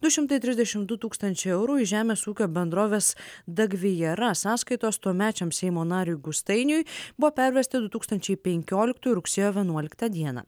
du šimtai trisdešim du tūkstančiai eurų iš žemės ūkio bendrovės dagvijara sąskaitos tuomečiam seimo nariui gustainiui buvo pervesti du tūkstančiai penkioliktųjų rugsėjo vienuoliktą dieną